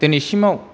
दिनैसिमाव